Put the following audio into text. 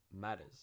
matters